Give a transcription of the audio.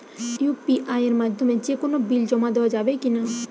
UPI এর মাধ্যমে যে কোনো বিল জমা দেওয়া যাবে কি না?